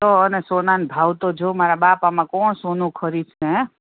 તો અને સોનાનાં ભાવ તો જો મારા બાપ આમાં કોણ સોનું ખરીદશે હેં